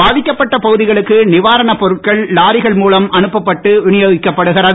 பாதிக்கப்பட்ட பகுதிகளுக்கு நிவாரண பொருட்கள் லாரிகள் மூலம் அனுப்பப்பட்டு விநியோகிக்கப்படுகிறது